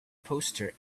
poster